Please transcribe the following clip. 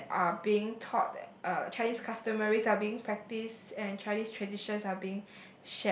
and are being taught that uh Chinese customaries are being practice and Chinese traditions are being